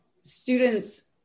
students